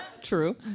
True